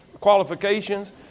qualifications